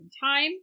time